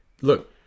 look